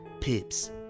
pips